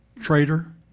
traitor